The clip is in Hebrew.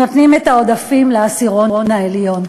נותנים את העודפים לעשירון העליון.